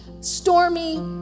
stormy